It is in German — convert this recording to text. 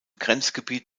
grenzgebiet